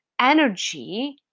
energy